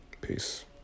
Peace